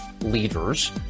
leaders